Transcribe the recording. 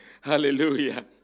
Hallelujah